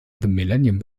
millennium